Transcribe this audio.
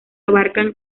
abarcan